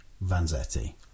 Vanzetti